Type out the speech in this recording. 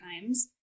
times